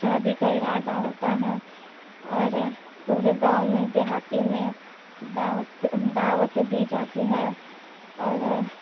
شادی کا ارادہ ہوتا ہے اور پورے گاؤں میں دیہاتی میں دعوت دعوت دی جاتی ہے اور